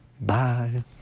Bye